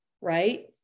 right